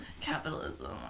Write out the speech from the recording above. Capitalism